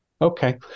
Okay